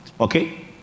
okay